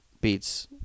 Beats